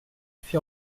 fit